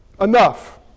enough